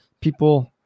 people